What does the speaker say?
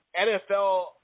NFL